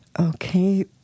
Okay